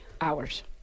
hours